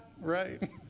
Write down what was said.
right